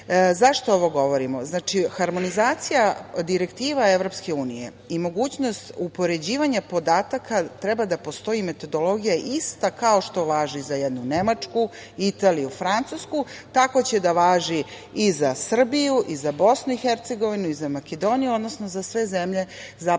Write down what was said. vodu.Zašto ovo govorimo? Znači, harmonizacija direktiva EU i mogućnost upoređivanja podataka treba da postoji metodologija ista kao što važi za jednu Nemačku, Italiju, Francusku, tako će da važi i za Srbiju i za BiH i za Makedoniju, odnosno za sve zemlje zapadnog